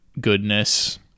goodness